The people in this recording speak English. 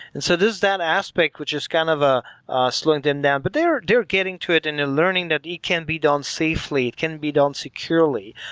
and so there's that aspect which is kind of ah ah slowing them down, but they're they're getting to it and they're learning that it can be done safely, it can be done securely.